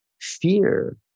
fear